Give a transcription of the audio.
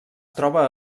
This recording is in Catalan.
troba